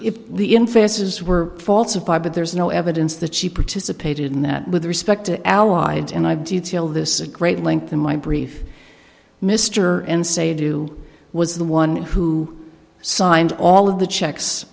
if the in faces were falsified but there's no evidence that she participated in that with respect to allied and i feel this is a great length in my brief mr and say do i was the one who signed all of the checks